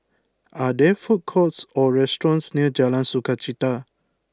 are there food courts or restaurants near Jalan Sukachita